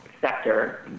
sector